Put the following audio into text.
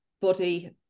body